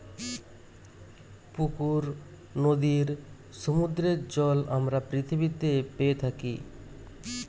পুকুর, নদীর, সমুদ্রের জল আমরা পৃথিবীতে পেয়ে থাকি